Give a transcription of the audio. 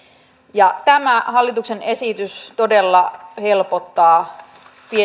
tämä hallituksen esitys todella helpottaa